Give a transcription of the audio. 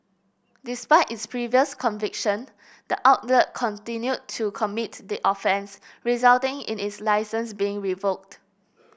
despite its previous conviction the outlet continued to commit the offence resulting in its licence being revoked